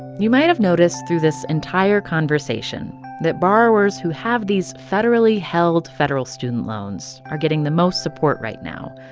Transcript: you might have noticed through this entire conversation that borrowers who have these federally held federal student loans are getting the most support right now.